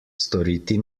storiti